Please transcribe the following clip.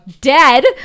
dead